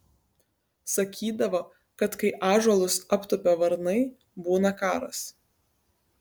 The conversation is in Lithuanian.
sakydavo kad kai ąžuolus aptupia varnai būna karas